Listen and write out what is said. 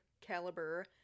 caliber